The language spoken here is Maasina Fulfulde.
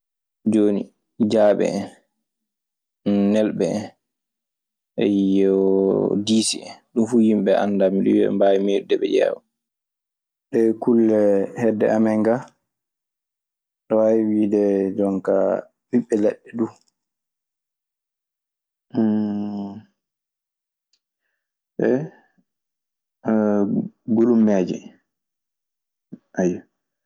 Jooni, jaabe en, nelɓe en, diisi en, ɗun fuu yimɓe ɓee annda. Miɗe wiya eɓe mbaawi meeɗude ɓe ƴeewa. E bulummeeje, ayyo.